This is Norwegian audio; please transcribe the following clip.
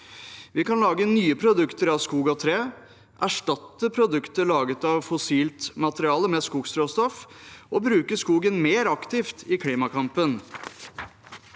Vi kan lage nye produkter av tre av skogen, erstatte produkter laget av fossilt materiale, med skogsråstoff, og bruke skogen mer aktivt i klimakampen.